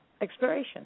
exploration